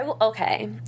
Okay